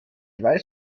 weiß